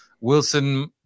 wilson